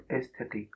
aesthetic